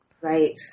Right